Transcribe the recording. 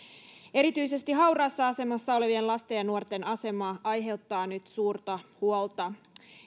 erityisesti hauraassa asemassa olevien lasten ja nuorten asema aiheuttaa nyt suurta huolta